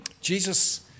Jesus